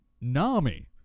Nami